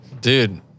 Dude